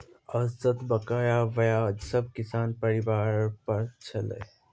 औसत बकाया ब्याज सब किसान परिवार पर छलै